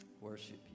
worship